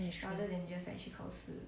that's true